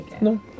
No